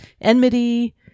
enmity